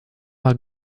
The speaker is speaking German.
war